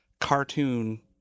cartoon